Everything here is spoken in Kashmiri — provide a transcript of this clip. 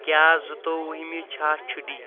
کیا زٕتووُہِمہِ چھا چھُٹی ؟